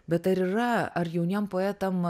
bet ar yra ar jauniem poetam